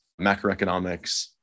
macroeconomics